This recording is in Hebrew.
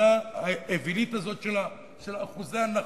הטבלה האווילית הזאת של אחוזי הנכות,